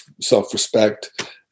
self-respect